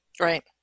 Right